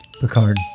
Picard